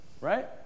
Right